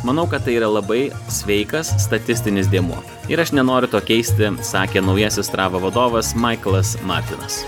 manau kad tai yra labai sveikas statistinis dėmuo ir aš nenoriu to keisti sakė naujasis strava vadovas maiklas martinas